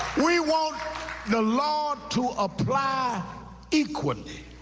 we want the law to apply equally.